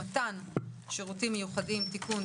(מתן שירותים מיוחדים) (תיקון),